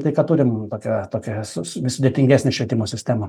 tai ką turim tokią tokią su sudėtingesnę švietimo sistemą